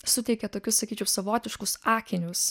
suteikia tokius sakyčiau savotiškus akinius